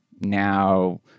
now